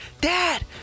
dad